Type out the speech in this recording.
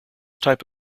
type